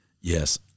Yes